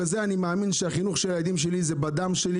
אני מאמין שהחינוך של הילדים שלנו הוא בדם שלנו